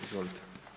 Izvolite.